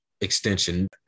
extension